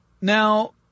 Now